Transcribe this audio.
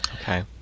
Okay